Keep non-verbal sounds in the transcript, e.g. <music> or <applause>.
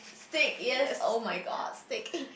steak yes oh-my-god steak <noise>